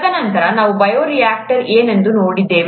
ತದನಂತರ ನಾವು ಬಯೋರಿಯಾಕ್ಟರ್ ಏನೆಂದು ನೋಡಿದ್ದೇವೆ